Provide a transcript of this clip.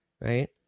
right